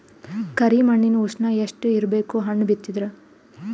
ಕರಿ ಮಣ್ಣಿನ ಉಷ್ಣ ಎಷ್ಟ ಇರಬೇಕು ಹಣ್ಣು ಬಿತ್ತಿದರ?